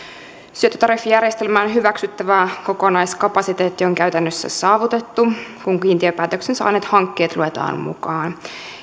syöttötariffijärjestelmän hyväksyttävä kokonaiskapasiteetti on käytännössä saavutettu kun kiintiöpäätöksen saaneet hankkeet luetaan mukaan